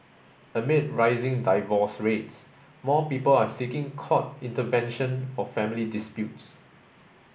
amid rising divorce rates more people are seeking court intervention for family disputes